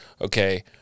okay